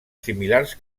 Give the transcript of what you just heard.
similars